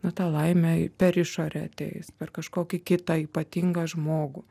na ta laimė per išorę ateis per kažkokį kitą ypatingą žmogų